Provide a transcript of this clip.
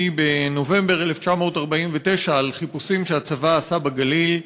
בנובמבר 1949 על חיפושים שהצבא עשה בגליל,